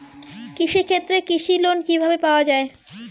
কৃষি ক্ষেত্রে কৃষি লোন কিভাবে পাওয়া য়ায়?